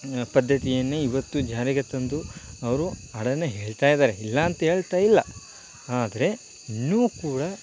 ಪದ್ಧತಿಯನ್ನೇ ಇವತ್ತು ಜಾರಿಗೆ ತಂದು ಅವರು ಹಾಡನ್ನು ಹೇಳ್ತಾಯಿದ್ದಾರೆ ಇಲ್ಲ ಅಂತ ಹೇಳ್ತಾಯಿಲ್ಲ ಆದರೆ ಇನ್ನೂ ಕೂಡ